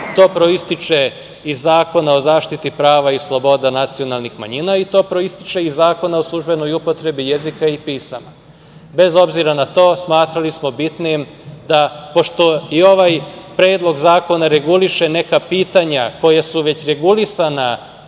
to proističe iz Zakona o zaštiti prava i sloboda nacionalnih manjina i to proističe iz Zakona o službenoj upotrebi jezika i pisama. Bez obzira na to, smatrali smo bitnim da, pošto i ovaj Predlog zakona reguliše neka pitanja koja su već regulisana